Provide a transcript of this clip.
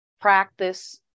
practice